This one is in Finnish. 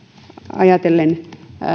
ajatellen